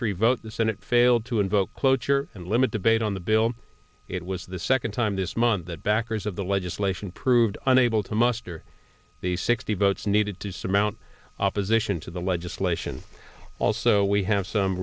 three vote the senate failed to invoke cloture and limit debate on the bill it was the second time this month that backers of the legislation proved unable to muster the sixty votes needed to surmount opposition to the legislation also we have some